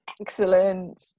Excellent